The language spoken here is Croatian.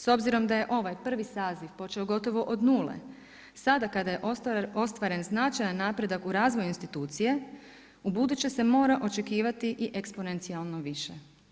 S obzirom da je ovaj prvi saziv počeo gotovo od nule, sada kada je ostvaren značajan napredak u razvoju institucije ubuduće se mora očekivati i eksponencijalno više.